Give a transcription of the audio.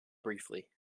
briefly